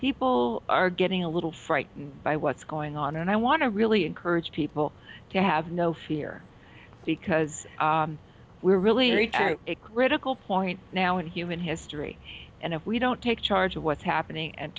people are getting a little frightened by what's going on and i want to really encourage people to have no fear because we're really reaching a critical point now in human history and if we don't take charge of what's happening and